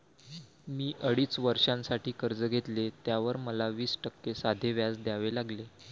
मी अडीच वर्षांसाठी कर्ज घेतले, त्यावर मला वीस टक्के साधे व्याज द्यावे लागले